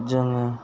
जोङो